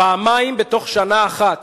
פעמיים בתוך שנה אחת